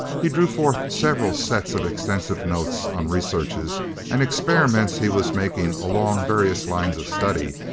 he drew forth several sets of extensive notes on researches and experiments he was making along various lines of study,